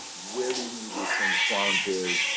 where do you need these things flown to?